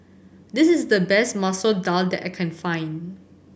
this is the best Masoor Dal that I can find